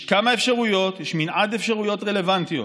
יש כמה אפשרויות, יש מנעד אפשרויות רלוונטיות,